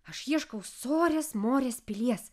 aš ieškau sorės morės pilies